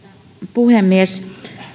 puhemies